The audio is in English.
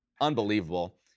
unbelievable